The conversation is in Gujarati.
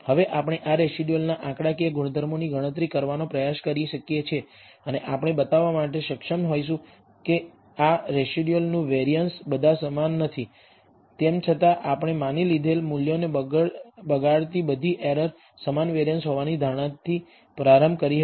હવે આપણે આ રેસિડયુઅલના આંકડાકીય ગુણધર્મોની ગણતરી કરવાનો પ્રયાસ કરી શકીએ છીએ અને આપણે બતાવવા માટે સક્ષમ થઈશું કે આ રેસિડયુઅલનું વેરિઅન્સ બધા સમાન નથી તેમ છતાં આપણે માની લીધેલ મૂલ્યોને બગાડતી બધી એરર સમાન વેરિઅન્સ હોવાની ધારણાથી પ્રારંભ કરી હતી